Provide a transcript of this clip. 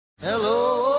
Hello